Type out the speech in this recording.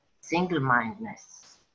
single-mindedness